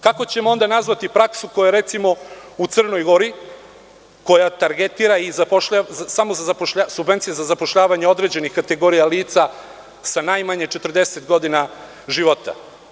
Kako ćemo onda nazvati praksu koja je, recimo, u Crnoj Gori, koja targetira subvencije za zapošljavanje određenih kategorija lica sa najmanje 40 godina života?